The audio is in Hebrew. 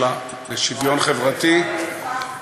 לשוויון חברתי,